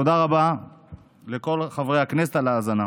תודה רבה לכל חברי הכנסת על ההאזנה.